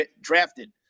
drafted